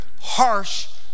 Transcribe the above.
harsh